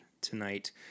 tonight